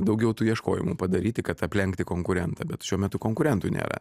daugiau tų ieškojimų padaryti kad aplenkti konkurentą bet šiuo metu konkurentų nėra